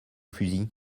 fusils